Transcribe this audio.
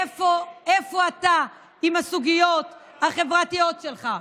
איפה אתה עם הסוגיות החברתיות שלך?